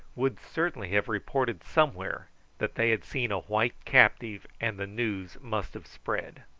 would certainly have reported somewhere that they had seen a white captive, and the news must have spread.